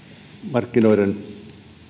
markkinoiden